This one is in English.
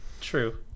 true